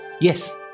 Yes